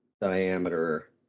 diameter